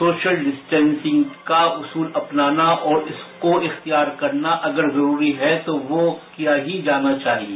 social distancing का उसूल अपनाना और इसको इखतियार करना अगर जरूरी है तो वो किया ही जाना चाहिए